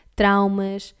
traumas